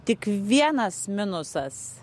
tik vienas minusas